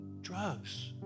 drugs